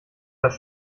das